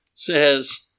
says